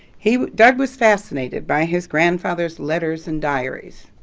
he, doug was fascinated by his grandfather's letters and diaries,